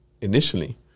initially